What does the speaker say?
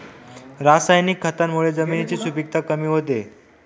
रासायनिक खतांमुळे जमिनीची सुपिकता कमी होते का?